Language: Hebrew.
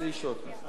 בלי אישור הכנסת.